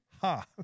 Ha